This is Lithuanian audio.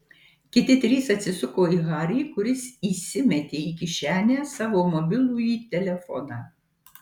kiti trys atsisuko į harį kuris įsimetė į kišenę savo mobilųjį telefoną